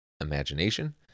imagination